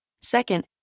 Second